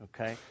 Okay